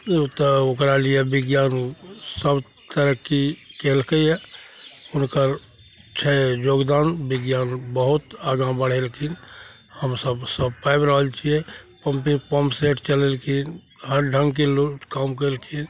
ओ तऽ ओकरा लिए विज्ञान सब तरक्की केलकै यऽ हुनकर छै योगदान विज्ञान बहुत आगाँ बढ़ेलखिन हमसभ सब पाबि रहल छिए पम्पिन्ग पम्प सेट चलेलखिन हर ढङ्गके लोक काम कएलखिन